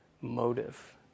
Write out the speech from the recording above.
motive